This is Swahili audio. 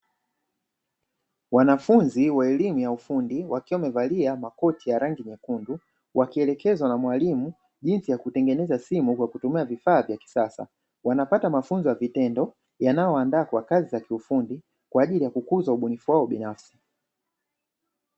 Wanafunzi wa elimu ya ufundi wakiwa wamevalia makoti ya rangi nyekundu, wakielekezwa na mwalimu jinsi ya kutengeneza simu kwa kutumia vifaa vya kisasa wanapata mafunzo ya vitendo yanayoandaa kwa kazi za kiufundi kwa ajili ya kukuza ubunifu wao binafsi.